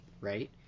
right